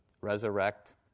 resurrect